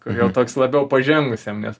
kur jau toks labiau pažengusiem nes